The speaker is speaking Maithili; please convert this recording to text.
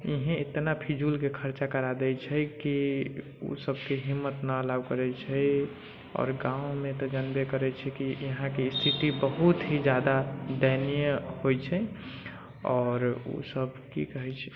इहेँ इतना फिजूलके खर्चा करा दै छै कि ओसभके हिम्मत नहि अलाउ करै छै आओर गाममे तऽ जानबे करै छी कि यहाँके स्थिति बहुत ही ज्यादा दयनीय होइ छै आओर ओसभ की कहै छै